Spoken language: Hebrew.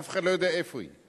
אף אחד לא יודע איפה היא.